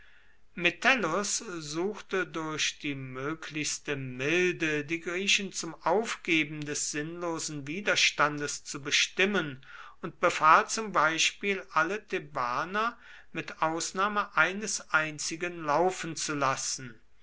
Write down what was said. metellus suchte durch die möglichste milde die griechen zum aufgeben des sinnlosen widerstandes zu bestimmen und befahl zum beispiel alle thebaner mit ausnahme eines einzigen laufen zu lassen